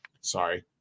Sorry